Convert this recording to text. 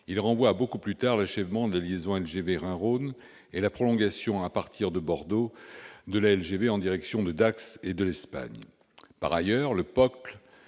il renvoie à beaucoup plus tard l'achèvement de la liaison LGV Rhin-Rhône et la prolongation, à partir de Bordeaux, de la LGV en direction de Dax et de l'Espagne. Par ailleurs la LGV